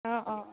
অঁ অঁ